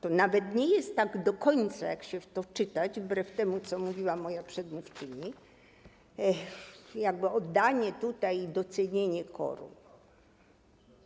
To nawet nie jest tak do końca, jak się w to wczytać, wbrew temu, co mówiła moja przedmówczyni, oddanie hołdu i docenienie KOR-u.